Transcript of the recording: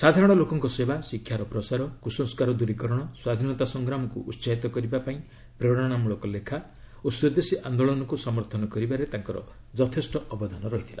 ସାଧାରଣ ଲୋକଙ୍କ ସେବା ଶିକ୍ଷାର ପ୍ରସାର କୁସଂସ୍କାର ଦୂରୀକରଣ ସ୍ୱାଧୀନତା ସଂଗ୍ରାମକୁ ଉତ୍କାହିତ କରିବାପାଇଁ ପ୍ରେରଣାମୂଳକ ଲେଖା ଓ ସ୍ୱଦେଶୀ ଆନ୍ଦୋଳନକୁ ସମର୍ଥନ କରିବାରେ ତାଙ୍କର ଯଥେଷ୍ଟ ଅବଦାନ ରହିଥିଲା